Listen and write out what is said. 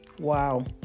Wow